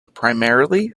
primarily